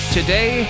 Today